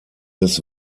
des